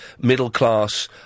middle-class